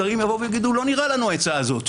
השרים יגידו: לא נראה לנו העצה הזו.